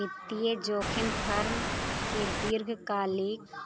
वित्तीय जोखिम फर्म के दीर्घकालिक